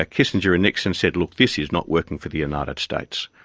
ah kissinger and nixon said, look, this is not working for the united states.